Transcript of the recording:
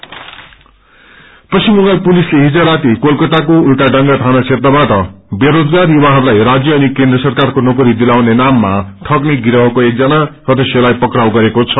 जब arrest Paschim Bangal पुलिस्ते हिज राति कोलकाताको उल्टाडांगा थान क्षेत्रबाट बेरोजगार युवाहरूलाई राज्य अनि केन्द्र सरकारको नोकरी दिलाउने नाममा ठम्ने गिरोङ्को एकजना सदस्यलाई पकाउ गरेको छ